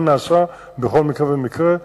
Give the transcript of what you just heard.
מה נעשה בכל מקרה ומקרה.